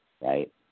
right